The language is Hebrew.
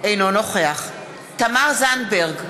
אינו נוכח תמר זנדברג,